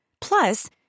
Plus